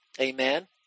Amen